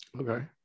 Okay